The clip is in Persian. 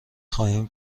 خواهیم